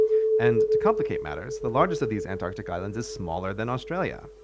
and, to complicate matters, the largest of these antarctic islands is smaller than australia.